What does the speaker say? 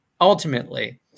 ultimately